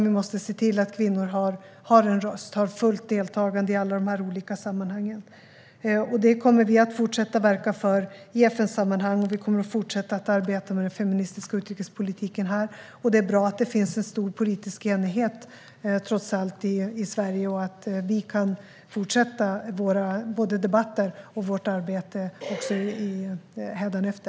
Vi måste se till att kvinnor har en röst och att kvinnor har fullt deltagande i alla olika sammanhang. Vi kommer att fortsätta att verka för detta i FN-sammanhang, och vi kommer att fortsätta att arbeta med den feministiska utrikespolitiken här. Det är bra att det, trots allt, finns en stor politisk enighet i Sverige och att vi kan fortsätta våra debatter och vårt arbete.